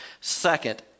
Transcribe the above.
second